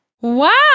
Wow